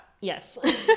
Yes